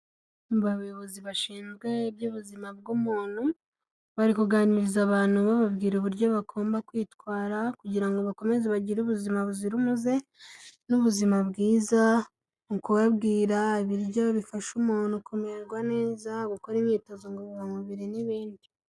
Abayobozi bashinzwe iby'ubuzima bw'umuntu, bari kuganiriza abantu bababwira uburyo bagomba kwitwara, kugira ngo bakomeze bagire ubuzima buzira umuze n'ubuzima bwiza, mu kubabwira ibiryo bifasha umuntu kumererwa neza, gukora imyitozo ngororamubiri n'ibindi.